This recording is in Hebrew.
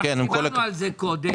אנחנו דיברנו על זה קודם,